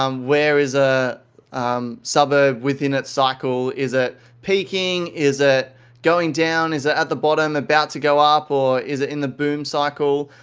um where is a suburb within it's cycle? is it peaking? is it going down? is it at the bottom, about to go up or is it in the boom cycle?